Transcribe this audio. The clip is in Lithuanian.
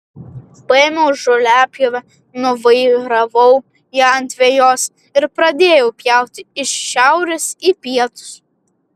paėmiau žoliapjovę nuvairavau ją ant vejos ir pradėjau pjauti iš šiaurės į pietus